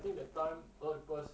I think that time err because